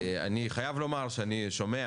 אני חייב לומר שאני שומע